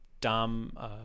Dom